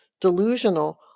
delusional